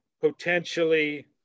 potentially